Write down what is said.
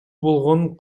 болгон